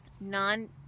non